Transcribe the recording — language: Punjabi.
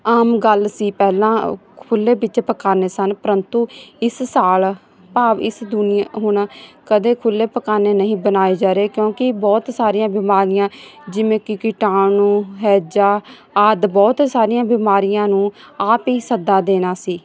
ਆਮ ਗੱਲ ਸੀ ਪਹਿਲਾਂ ਖੁੱਲ੍ਹੇ ਵਿੱਚ ਪਖਾਨੇ ਸਨ ਪਰੰਤੂ ਇਸ ਸਾਲ ਭਾਵ ਇਸ ਦੁਨੀਆ ਹੁਣ ਕਦੇ ਖੁੱਲ੍ਹੇ ਪਖਾਨੇ ਨਹੀਂ ਬਣਾਏ ਜਾ ਰਹੇ ਕਿਉਂਕਿ ਬਹੁਤ ਸਾਰੀਆਂ ਬਿਮਾਰੀਆਂ ਜਿਵੇਂ ਕਿ ਕੀਟਾਣੂ ਹੈਜਾ ਆਦਿ ਬਹੁਤ ਸਾਰੀਆਂ ਬਿਮਾਰੀਆਂ ਨੂੰ ਆਪ ਹੀ ਸੱਦਾ ਦੇਣਾ ਸੀ